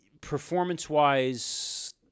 performance-wise